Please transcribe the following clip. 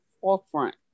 forefront